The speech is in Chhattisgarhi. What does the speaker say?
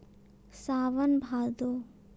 सावन भादो